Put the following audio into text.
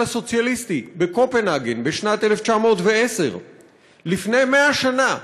הסוציאליסטי בקופנהגן בשנת 1910. לפני כ-100 שנה,